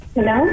Hello